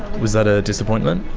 was that a disappointment?